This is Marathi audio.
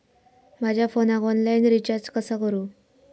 माझ्या फोनाक ऑनलाइन रिचार्ज कसा करू?